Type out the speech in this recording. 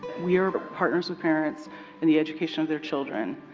we're the partners of parents in the education of their children.